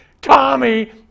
Tommy